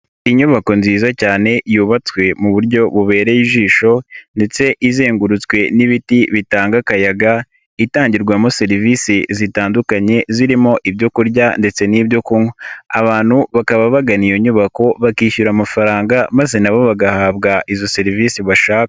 Inyubako nziza cyane yubatswe mu buryo bubereye ijisho ndetse izengurutswe n'ibiti bitanga akayaga, itangirwamo serivisi zitandukanye, zirimo ibyo kurya ndetse n'ibyo kunywa. Abantu bakaba bagana iyo nyubako, bakishyura amafaranga maze na bo bagahabwa izo serivisi bashaka.